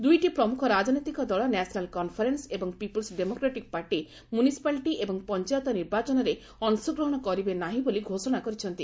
ଦୁଇଟି ପ୍ରମୁଖ ରାଜନୈତିକ ଦଳ ନ୍ୟାସନାଲ୍ କନ୍ଫରେନ୍ସ ଏବଂ ପିପୁଲ୍ସ ଡେମୋକ୍ରେଟିକ୍ ପାର୍ଟି ମ୍ୟୁନିସିପାଲିଟି ଏବଂ ପଞ୍ଚାୟତ ନିର୍ବାଚନରେ ଅଂଶଗ୍ରହଣ କରିବେ ନାହିଁ ବୋଲି ଘୋଷଣା କରିଛନ୍ତି